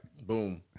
Boom